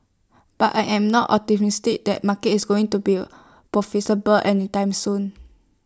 but I am not optimistic that market is going to be A profitable any time soon